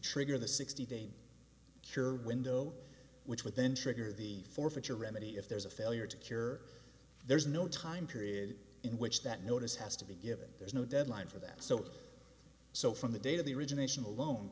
trigger the sixty day cure window which would then trigger the forfeiture remedy if there's a failure to cure there's no time period in which that notice has to be given there's no deadline for that so so from the date of the origina